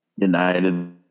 United